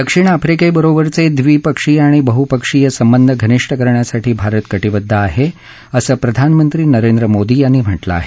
दक्षिण आफ्रिकेबरोबरचे द्विपक्षीय आणि बहुपक्षीय संबंध घनिष्ट करण्यासाठी भारत कटीबद्ध आहे असं प्रधानमंत्री नरेंद्र मोदी यांनी म्हटलं आहे